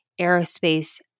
Aerospace